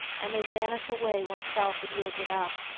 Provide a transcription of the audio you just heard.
and they vanish away when self is yielded up.